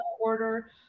order